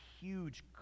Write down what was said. huge